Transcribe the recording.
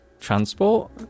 transport